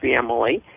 family